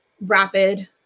rapid